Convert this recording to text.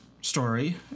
story